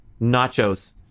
nachos